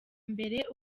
mbere